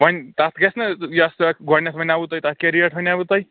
وۄنۍ تَتھ گژھِ نا یۄس سۄ گۄڈنیتھ ونے تُہۍ تَتھ کیاہ ریٹھ ونے تۄہہِ